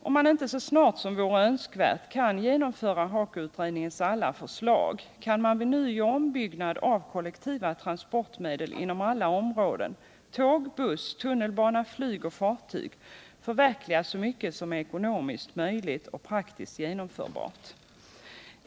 Om man inte så snart som vore önskvärt kan genomföra HAKO utredningens alla förslag, är det möjligt att med nyoch ombyggnad av kollektiva transportmedel inom alla områden — tåg, buss, tunnelbana, flyg och fartyg — förverkliga så mycket som är ekonomiskt möjligt och praktiskt genomförbart.